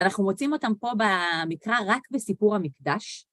אנחנו מוצאים אותם פה במקרא רק בסיפור המקדש.